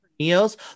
Neos